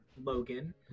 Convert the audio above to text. Logan